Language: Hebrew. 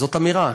זאת אמירה,